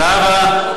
זהבה,